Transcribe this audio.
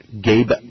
Gabe